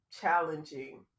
challenging